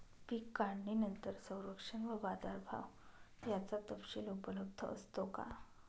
पीक काढणीनंतर संरक्षण व बाजारभाव याचा तपशील उपलब्ध असतो का?